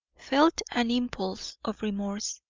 felt an impulse of remorse,